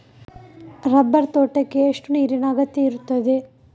Rubber ತೋಟಕ್ಕೆ ಎಷ್ಟು ನೀರಿನ ಅಗತ್ಯ ಇರುತ್ತದೆ?